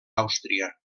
àustria